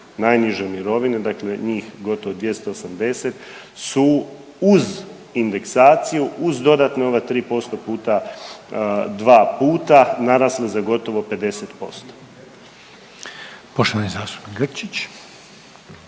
najniže mirovine, dakle njih gotovo 280 su uz indeksaciju, uz dodatna ova 3% puta 2 puta narasle za gotovo 50%. **Reiner,